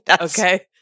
okay